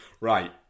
right